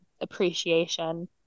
appreciation